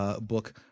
Book